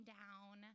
down